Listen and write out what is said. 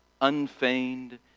unfeigned